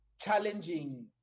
challenging